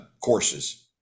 courses